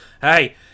hey